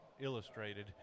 illustrated